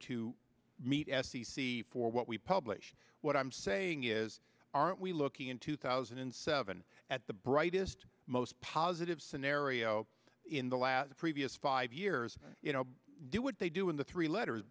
to meet f c c for what we publish what i'm saying is aren't we looking in two thousand and seven at the brightest most positive scenario in the last the previous five years you know do what they do in the three letters